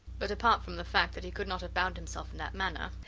but, apart from the fact that he could not have bound himself in that manner,